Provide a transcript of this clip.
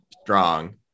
strong